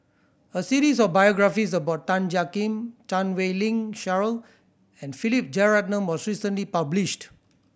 a series of biographies about Tan Jiak Kim Chan Wei Ling Cheryl and Philip Jeyaretnam was recently published